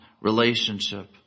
relationship